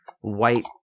white